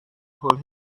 hold